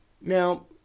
now